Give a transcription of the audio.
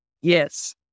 Yes